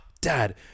dad